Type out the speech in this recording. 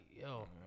yo